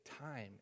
time